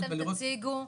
אתם תציגו,